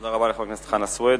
תודה רבה לחבר הכנסת חנא סוייד.